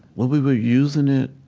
well, we were using it